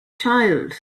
child